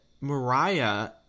Mariah